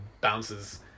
bounces